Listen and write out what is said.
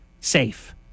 safe